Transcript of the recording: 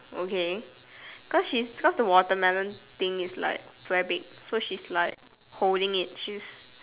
okay cause she cause the watermelon thing is like very big so she's like holding it she's